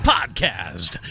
Podcast